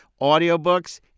audiobooks